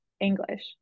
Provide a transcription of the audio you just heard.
english